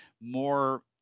more